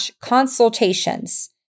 consultations